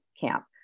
camp